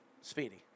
Speedy